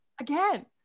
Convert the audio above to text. again